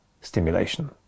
stimulation